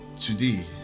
today